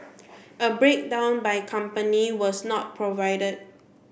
a breakdown by company was not provided